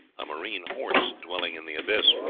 a marine horse dwelling in the abyss.